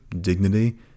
dignity